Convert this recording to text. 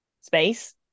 space